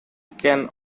can